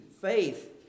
faith